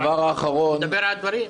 הוא מדבר על דברים.